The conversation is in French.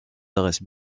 dresse